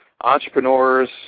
entrepreneurs